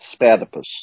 spadipus